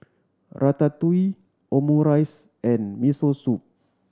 Ratatouille Omurice and Miso Soup